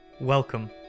Welcome